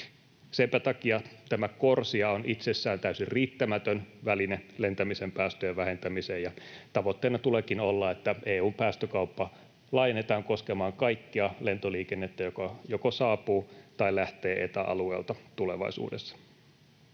Senpä takia tämä CORSIA on itsessään täysin riittämätön väline lentämisen päästöjen vähentämiseen, ja tavoitteena tuleekin olla, että EU:n päästökauppa laajennetaan koskemaan kaikkea lentoliikennettä, joka joko saapuu tai lähtee Eta-alueelta tulevaisuudessa.